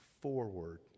forward